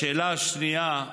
לשאלה השנייה,